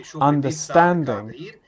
Understanding